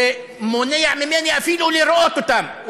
ומונע ממני אפילו לראות אותם,